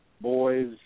boys